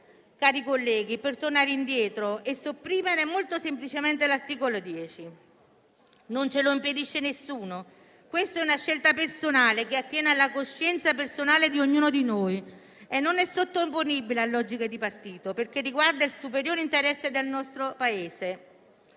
cari colleghi, per tornare indietro e sopprimere molto semplicemente l'articolo 10; non ce lo impedisce nessuno. È una scelta personale, che attiene alla coscienza di ognuno di noi e non è sottoponibile a logiche di partito, perché riguarda il superiore interesse del nostro Paese.